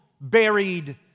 buried